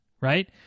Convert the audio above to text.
Right